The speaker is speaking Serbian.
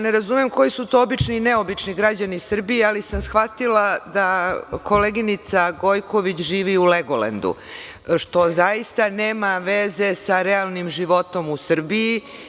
Ne razumem koji su to obični i neobični građani Srbije, ali sam shvatila da koleginica Gojković živi u Legolendu, što zaista nema veze sa realnim životom u Srbiji.